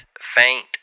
faint